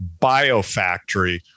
biofactory